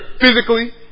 physically